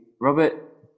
Robert